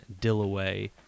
Dillaway